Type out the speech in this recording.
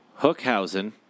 Hookhausen